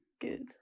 good